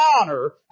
honor